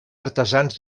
artesans